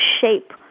shape